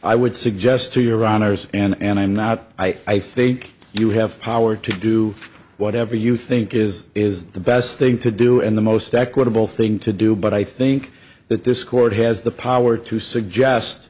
i would suggest to your honor's and i'm not i think you have power to do whatever you think is is the best thing to do and the most equitable thing to do but i think that this court has the power to suggest